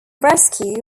rescue